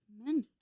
Amen